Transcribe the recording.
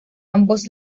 ambos